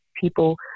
people